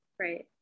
Right